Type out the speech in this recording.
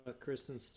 Kristen